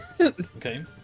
Okay